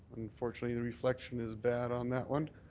unfortunately the reflection is bad on that one.